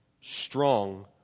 strong